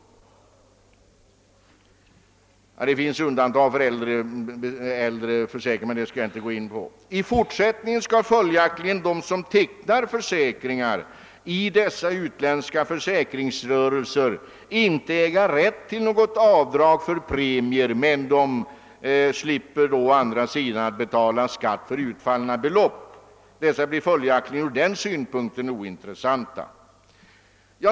— Det finns undantag i fråga om äldre försäkringar, vilket jag emellertid inte skall gå in på. I fortsättningen skall följaktligen de som tecknar försäkringar i utländska försäkringsrörelser inte äga rätt till något avdrag för premier, men de slipper å andra sidan betala skatt för utbetalda belopp. Dessa blir sålunda ur den synpunkten ointressanta.